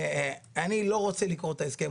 אני לא רוצה לקרוא את ההסכם,